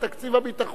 מתקציב הביטחון?